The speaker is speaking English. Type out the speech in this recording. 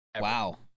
Wow